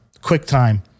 QuickTime